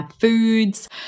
foods